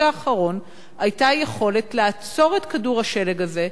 האחרון היתה יכולת לעצור את כדור השלג הזה,